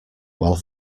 while